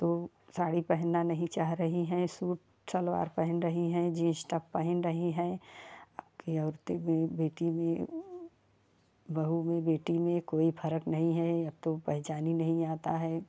तो साड़ी पहनना नहीं चाह रही हैं सूट सलवार पहन रही हैं जींस टॉप पहन रही हैं अब की औरतें में बेटी में बहू में बेटी में कोई फर्क नहीं है अब तो पहचान ही नहीं आता है